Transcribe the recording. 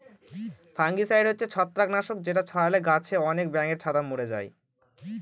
fungicide হচ্ছে ছত্রাক নাশক যেটা ছড়ালে গাছে আনেক ব্যাঙের ছাতা মোরে যায়